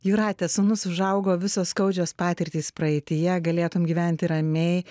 jūrate sūnus užaugo visos skaudžios patirtys praeityje galėtum gyventi ramiai